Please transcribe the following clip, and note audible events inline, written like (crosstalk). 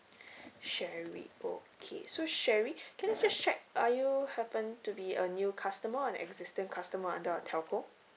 (breath) sherry okay so sherry (breath) can (noise) I just check are you happen to be a new customer or an existing customer under our TELCO